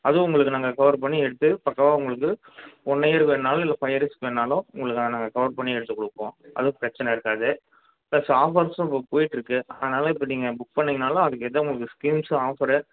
அதுவும் உங்களுக்கு நாங்கள் கவர் பண்ணி எடுத்து பக்காவாக உங்களுக்கு ஒன் இயர் வேணாலும் இல்லை ஃபைவ் இய்ர்ஸுக்கு வேணாலும் உங்களுக்கு நாங்கள் கவர் பண்ணி எடுத்துக் கொடுப்போம் அதுவும் பிரச்சனை இருக்காது ப்ளஸ் ஆஃபர்ஸும் இப்போ போய்ட்டு இருக்கு அதனால இப்போ நீங்கள் புக் பண்ணிங்கன்னாலும் அதுக்கேற்ற உங்களுக்கு ஸ்கீம்ஸு ஆஃபரு